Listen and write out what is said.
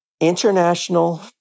International